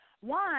One